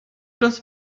das